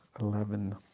Eleven